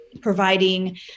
providing